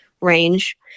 range